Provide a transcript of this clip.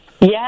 Yes